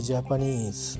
Japanese